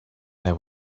there